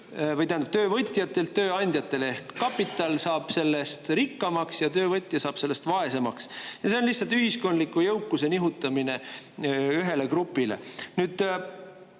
jõukust töövõtjatelt tööandjatele ehk kapital saab sellest rikkamaks ja töövõtja jääb sellest vaesemaks. See on lihtsalt ühiskondliku jõukuse nihutamine ühele grupile.